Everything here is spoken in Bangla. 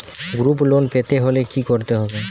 গ্রুপ লোন পেতে হলে কি করতে হবে?